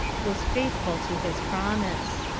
was faithful to his promise.